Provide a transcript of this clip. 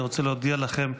אני רוצה להודיע לכם,